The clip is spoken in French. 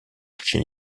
chez